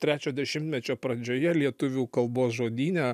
trečio dešimtmečio pradžioje lietuvių kalbos žodyne